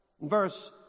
Verse